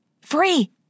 Free